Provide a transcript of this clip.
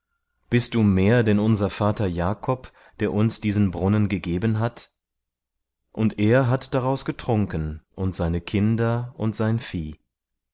bist du mehr denn unser vater jakob der uns diesen brunnen gegeben hat und er hat daraus getrunken und seine kinder und sein vieh